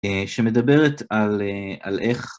אה... שמדברת על אה, על איך...